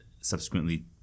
subsequently